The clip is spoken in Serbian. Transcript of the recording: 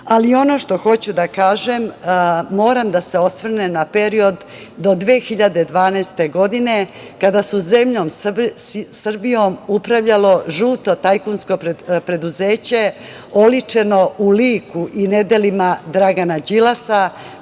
što hoću da kažem, moram da se osvrnem na period do 2012. godine kada je zemljom Srbijom upravljalo žuto tajkunsko preduzeće oličeno u liku i nedelima Dragana Đilasa,